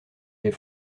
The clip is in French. des